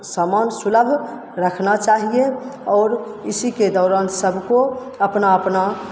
सामान सुलभ रखना चाहिए और इसी के दौरान सबको अपना अपना